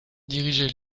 dirigeait